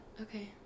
Okay